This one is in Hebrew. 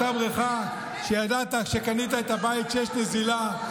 אותה הבריכה שידעת, כשקנית את הבית, שיש שם נזילה.